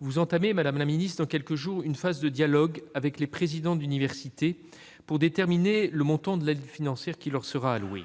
Vous entamerez dans quelques jours une phase de dialogue avec les présidents d'université pour déterminer le montant de l'aide financière qui leur sera allouée.